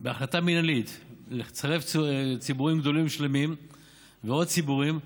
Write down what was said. ובהחלטה מינהלית לצרף ציבורים גדולים שלמים ועוד ציבורים,